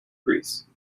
greece